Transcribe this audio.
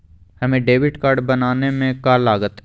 हमें debit card बनाने में का लागत?